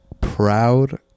proud